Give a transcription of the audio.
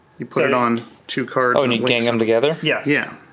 you put it on two cards. oh, and you gang them together? yeah. yeah.